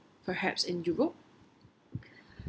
perhaps in europe